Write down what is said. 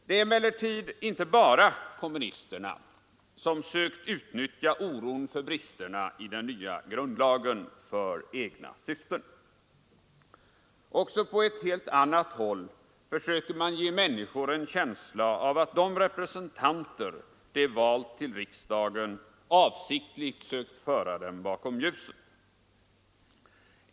Det är emellertid inte bara kommunisterna som sökt utnyttja oron för bristerna i den nya grundlagen för egna syften. Också på ett helt annat håll försöker man ge människorna en känsla av att de representanter de valt till riksdagen avsiktligt sökt föra dem bakom ljuset.